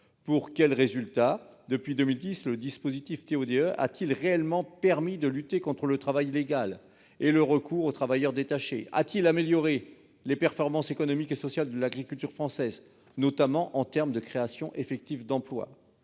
Pour quel résultat ? Depuis 2010, le dispositif a-t-il réellement permis de lutter contre le travail illégal et le recours aux travailleurs détachés ou amélioré les performances économiques et sociales de l'agriculture française, notamment en termes de créations effectives d'emplois ?